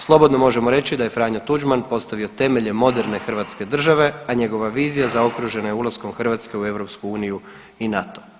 Slobodno možemo reći da je Franjo Tuđman postavio temelje moderne Hrvatske države a njegova vizija zaokružena je ulaskom Hrvatske u EU i NATO.